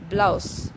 Blouse